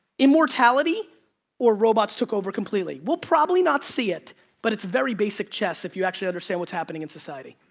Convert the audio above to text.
immortality or robots took over completely. we'll probably not see it but it's very basic chess, chess, if you actually understand what's happening in society.